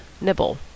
nibble